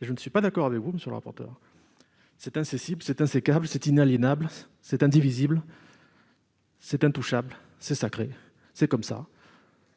Je ne suis pas d'accord avec vous, monsieur le rapporteur : c'est incessible ; c'est insécable ; c'est inaliénable ; c'est indivisible ; c'est intouchable ; c'est sacré. C'est comme ça !